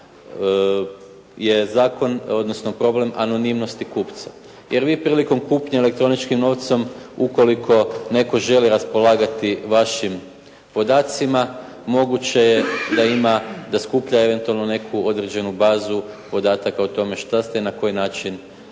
je zakon, odnosno problem anonimnosti kupca. Jer vi prilikom kupnje elektroničkim novcem ukoliko netko želi raspolagati vašim podacima moguće je da ima, da skuplja eventualno neku bazu podataka o tome šta ste i na koji način